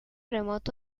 remoto